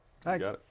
Thanks